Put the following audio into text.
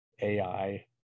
AI